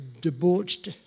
debauched